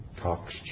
Talks